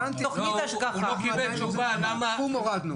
אני לא נתתי ליבואן שום דבר.